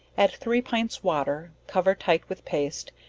add three pints water, cover tight with paste,